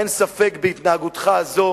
אין ספק, בהתנהגותך זו